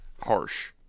Harsh